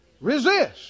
resist